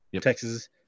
Texas